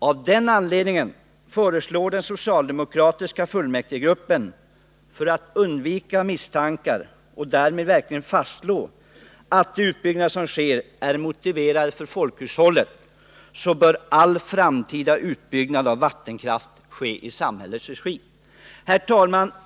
Av den anledningen föreslår socialdemokratiska fullmäktigegruppen för att undvika dessa misstankar och därmed verkligen fastslå att de utbyggnader som sker är motiverade för folkhushållet, så bör all framtida utbyggnad av vattenkraft ske i samhällets regi.” Herr talman!